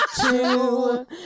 Two